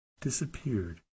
disappeared